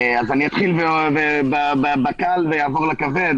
אתחיל בקל ואעבור לכבד.